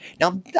Now